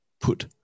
put